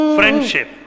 friendship